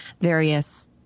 various